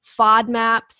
FODMAPs